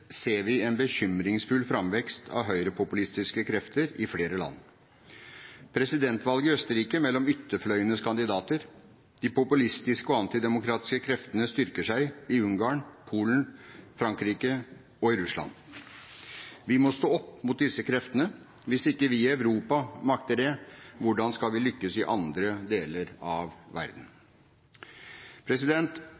ser vi en bekymringsfull framvekst av høyrepopulistiske krefter i flere land: presidentvalget i Østerrike mellom ytterfløyenes kandidater, de populistiske og antidemokratiske kreftene styrker seg – i Ungarn, Polen, Frankrike og Russland. Vi må stå opp mot disse kreftene. Hvis ikke vi i Europa makter det, hvordan skal vi lykkes i andre deler av verden?